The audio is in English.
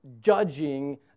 judging